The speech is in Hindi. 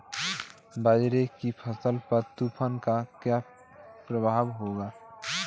बाजरे की फसल पर तूफान का क्या प्रभाव होगा?